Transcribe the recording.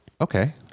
Okay